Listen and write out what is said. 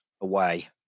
Away